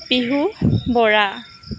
Pihu Bora